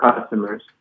customers